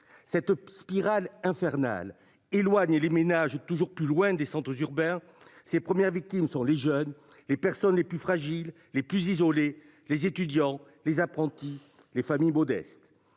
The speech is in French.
cette spirale infernale éloigner les ménages toujours plus loin des centres urbains. Ses premières victimes sont les jeunes, les personnes les plus fragiles, les plus isolés, les étudiants, les apprentis les familles modestes.